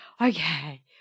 Okay